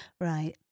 Right